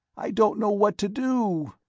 i don't know what to do!